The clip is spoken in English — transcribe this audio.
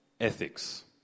ethics